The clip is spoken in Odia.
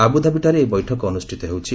ଆବୁଧାବିଠାରେ ଏହି ବୈଠକ ଅନୁଷ୍ଠିତ ହେଉଛି